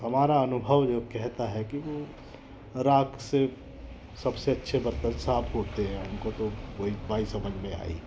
हमारा अनुभव यह कहता है कि वो राख़ से सब से अच्छा बर्तन साफ़ होते हैं हम को तो वही इतना ही समझ में आई और